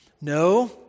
No